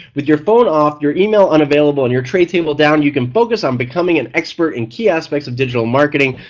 with your phone off, your email unavailable and your tray table down you can focus on becoming an expert in key aspects of digital marketing,